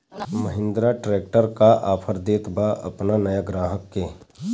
Mahindra tractor का offer देत बा अपना नया ग्राहक के?